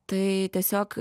tai tiesiog